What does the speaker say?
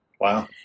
Wow